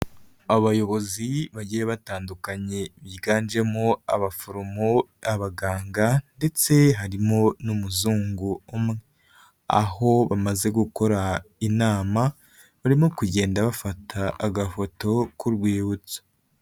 Abayobozi bagiye batandukanye biganjemo abaforomo, abaganga ndetse harimo n'umuzungu umwe, aho bamaze gukora inama barimo kugenda bafata agafoto k'urwibutso.